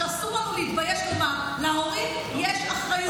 שאסור לנו להתבייש לומר שלהורים יש אחריות.